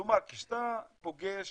כלומר כשאתה פוגש